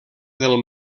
del